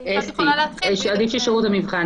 מנהלת שירות המבחן